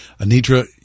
Anitra